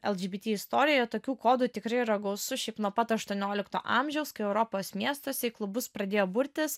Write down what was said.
lgbt istorija tokių kodų tikrai yra gausu šiaip nuo pat aštuoniolikto amžiaus kai europos miestuose į klubus pradėjo burtis